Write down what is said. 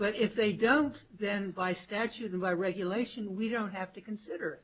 but if they don't then by statute and by regulation we don't have to consider